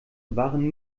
waren